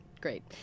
Great